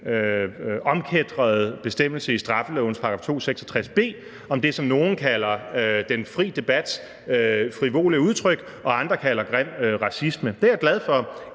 forkætrede bestemmelse i straffelovens § 266 b om det, som nogle kalder den fri debat – frivole udtryk – og andre kalder grim racisme. Det er jeg glad for